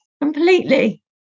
completely